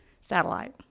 satellite